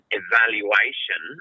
evaluation